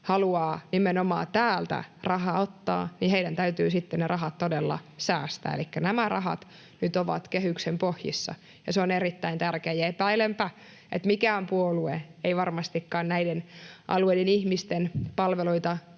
haluaa nimenomaan täältä rahaa ottaa, niin heidän täytyy sitten ne rahat todella säästää. Elikkä nämä rahat nyt ovat kehyksen pohjissa, ja se on erittäin tärkeää. Epäilenpä, että mikään puolue ei varmastikaan näiden alueiden ihmisten palveluita